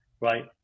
right